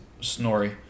Snorri